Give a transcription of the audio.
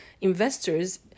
investors